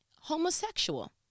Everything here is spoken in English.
homosexual